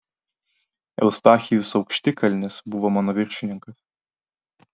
eustachijus aukštikalnis buvo mano viršininkas